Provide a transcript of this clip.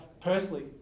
personally